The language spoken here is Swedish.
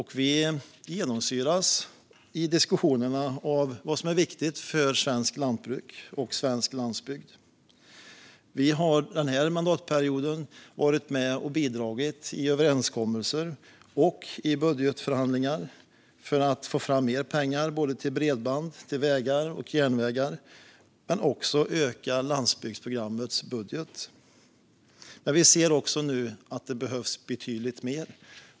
Vi genomsyras i diskussionerna av vad som är viktigt för svenskt lantbruk och svensk landsbygd. Vi har den här mandatperioden varit med och bidragit till överenskommelser och i budgetförhandlingar för att få fram mer pengar till bredband, vägar och järnvägar men också för att öka landsbygdsprogrammets budget. Men vi ser också nu att det behövs betydligt mer.